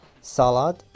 salad